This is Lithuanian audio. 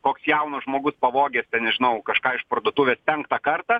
koks jaunas žmogus pavogęs ten nežinau kažką iš parduotuvės penktą kartą